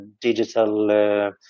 digital